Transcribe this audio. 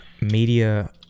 media